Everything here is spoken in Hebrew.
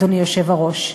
אדוני היושב-ראש.